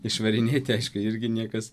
išvarinėti aišku irgi niekas